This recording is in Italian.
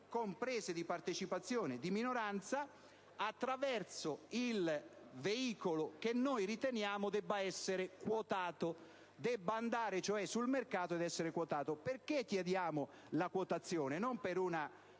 con prese di partecipazione di minoranza attraverso il veicolo che noi riteniamo debba andare sul mercato ed essere quotato. Ne chiediamo la quotazione non per uno